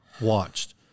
watched